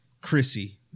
Chrissy